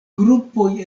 grupoj